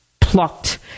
plucked